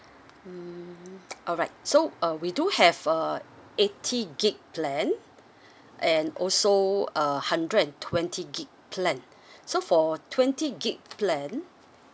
mm alright so uh we do have a eighty gig plan and also a hundred and twenty gig plan so for twenty gig plan